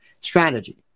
strategy